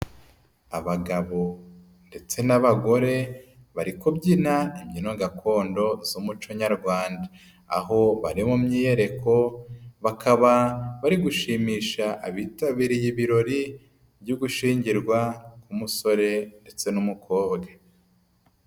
Abagabo ndetse n'abagore bari kubyina imbyino gakondo z'umuco nyarwanda, aho bari mu myiyereko bakaba bari gushimisha abitabiriye ibirori byo gushyingirwa k'umusore ndetse n'umukobwa.